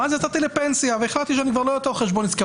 ואז יצאתי לפנסיה והחלטתי שאני יותר לא חשבון עסקי.